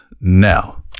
now